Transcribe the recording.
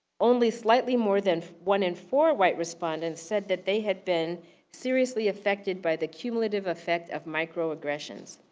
only slightly more than one in four white respondents said that they have been seriously affected by the cumulative effect of microaggressions.